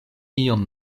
iom